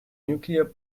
nuclear